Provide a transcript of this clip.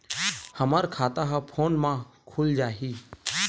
हमर खाता ह फोन मा खुल जाही?